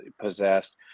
possessed